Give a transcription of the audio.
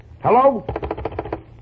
Hello